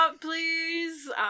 please